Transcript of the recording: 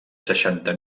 seixanta